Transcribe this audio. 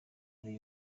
muri